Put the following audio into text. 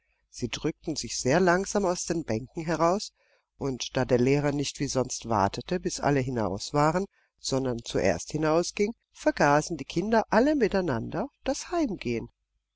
sie drückten sich sehr langsam aus den bänken heraus und da der lehrer nicht wie sonst wartete bis alle hinaus waren sondern zuerst hinausging vergaßen die kinder alle miteinander das